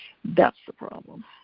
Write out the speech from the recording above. that's the problem.